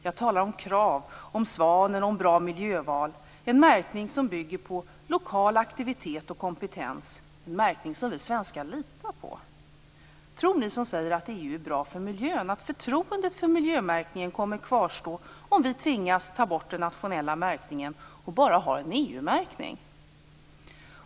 Jag talar om Krav, Svanen och Bra miljöval, märkningar som bygger på lokal aktivitet och kompetens. Det är en märkning som vi svenskar litar på. Tror ni som säger att EU är bra för miljön att förtroendet för miljömärkningen kommer att kvarstå om vi tvingas ta bort den nationella märkningen och bara ha en EU märkning?